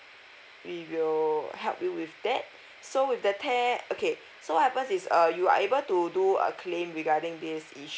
we will help you with that so with that tear okay so what happens is uh you are able to do a claim regarding this is~